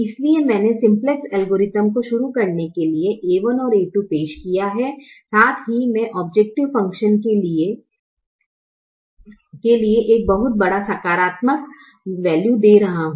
इसलिए मैंने simplex algorithm को शुरू करने के लिए a1 और a2 पेश किया है साथ ही मैं औब्जैकटिव फंकशन के लिए एक बहुत बड़ा सकारात्मक वैल्यू दे रहा हूं